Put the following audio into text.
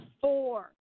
Four